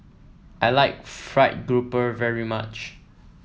I like fried grouper very much